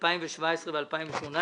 2017 ו-2018",